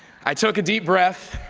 i took a deep breath,